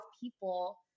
people